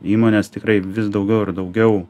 įmonės tikrai vis daugiau ir daugiau